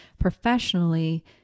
professionally